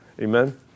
Amen